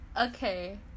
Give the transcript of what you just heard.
okay